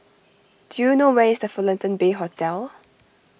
do you know where is the Fullerton Bay Hotel